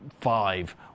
five